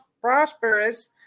prosperous